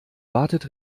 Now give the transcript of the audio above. wartet